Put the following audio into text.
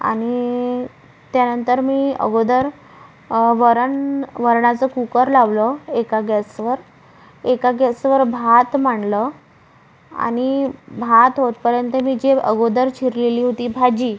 आणि त्यानंतर मी अगोदर वरण वरणाचं कुकर लावलं एका गॅसवर एका गॅसवर भात मांडलं आणि भात होतपर्यंत मी जे अगोदर चिरलेली होती भाजी